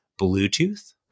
Bluetooth